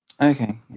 Okay